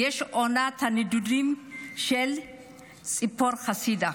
זו עונת הנדודים של הציפור חסידה.